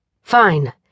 Fine